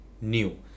new